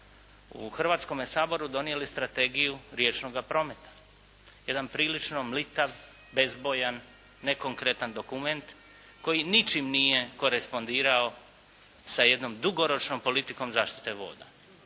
u Hrvatskome saboru donijeli strategiju riječnoga prometa. Jedan prilično mlitav, bezbojan, nekonkretan dokument koji ničime nije korespondirao sa jednom dugoročnom politikom zaštite voda.